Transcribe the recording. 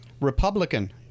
Republican